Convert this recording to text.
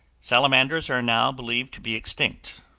salamanders are now believed to be extinct,